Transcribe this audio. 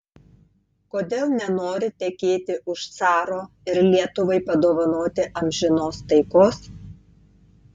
kodėl nenori tekėti už caro ir lietuvai padovanoti amžinos taikos